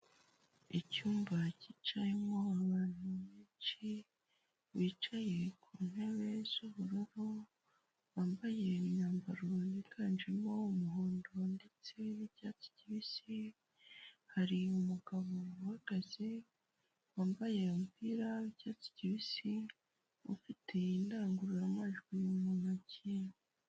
Icyumba cyicayemo abantu benshi bicaye ku ntebe z'ubururu bambaye imyambaro yiganjemo umuhondo ndetse n'cyatsi kibisi hari umugabo uhagaze wambaye umupira wicyatsi kibisi ufite indangururamajwi mu ntokiye.